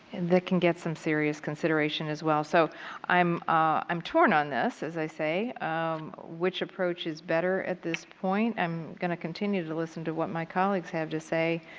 that can get some serious consideration as well. so i'm ah i'm torn on this, as i say. um which approach is better at this point. i'm going to continue to listen to what my colleagues have to say.